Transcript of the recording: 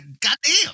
goddamn